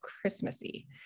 Christmassy